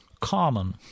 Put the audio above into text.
common